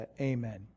Amen